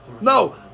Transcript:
no